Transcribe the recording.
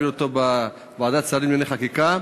אותה בוועדת השרים לענייני חקיקה.